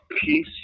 peace